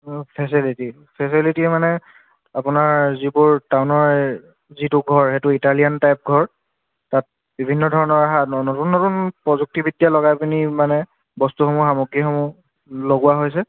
ও facility facility মানে আপোনাৰ যিবোৰ টাউনৰ যিটো ঘৰ সেইটো ইটালিয়ান টাইপৰ ঘৰ তাত বিভিন্ন ধৰণৰ অহা নতুন নতুন প্ৰযুক্তিবিদ্যা লগাই পিনি মানে বস্তুসমূহ সামগ্ৰীসমূহ লগোৱা হৈছে